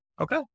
Okay